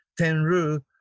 Tenru